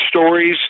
stories